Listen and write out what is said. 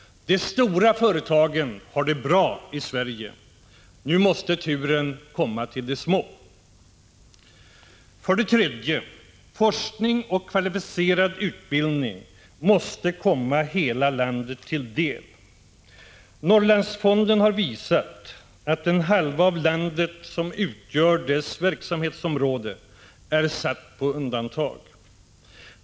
De stora företagen har det bra i Sverige. Nu måste turen komma till de små. 3. Forskning och kvalificerad utbildning måste komma hela landet till del. Norrlandsfonden har visat att den halva av landet som utgör dess verksamhetsområde är satt på undantag.